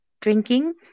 drinking